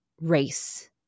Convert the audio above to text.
race